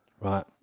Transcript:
right